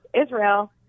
Israel